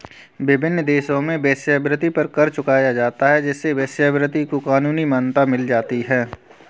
विभिन्न देशों में वेश्यावृत्ति पर कर चुकाया जाता है जिससे वेश्यावृत्ति को कानूनी मान्यता मिल जाती है